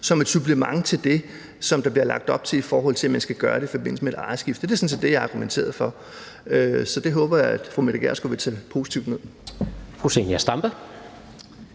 som et supplement til det, som der bliver lagt op til, i forhold til at man skal gøre det i forbindelse med et ejerskifte. Det er sådan set det, jeg har argumenteret for. Så det håber jeg at fru Mette Gjerskov vil tage positivt ned.